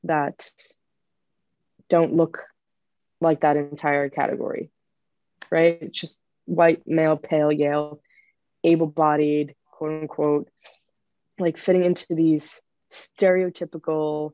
that don't look like that entire category right just white male pale yale able bodied quote unquote like fitting into these stereotypical